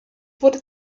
wurde